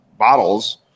Bottles